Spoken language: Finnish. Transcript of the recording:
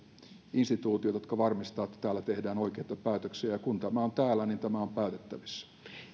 instituutiot jotka varmistavat että täällä tehdään oikeita päätöksiä ja kun tämä on täällä niin tämä on päätettävissä